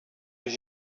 were